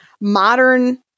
modern